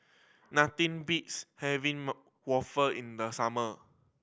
nothing beats having waffle in the summer